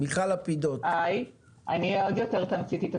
שלום, אני אהיה עוד יותר תמציתית.